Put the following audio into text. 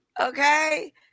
okay